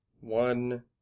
One